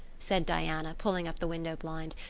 said diana, pulling up the window blind.